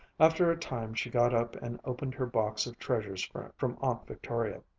after a time she got up and opened her box of treasures from aunt victoria.